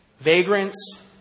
vagrants